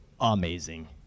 amazing